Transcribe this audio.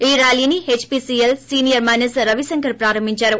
ఈ ర్యాలీని HPCL senior manager Ravishankar ప్రారంభించారు